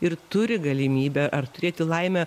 ir turi galimybę ar turėti laimę